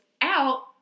out